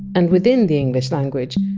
and within the english language,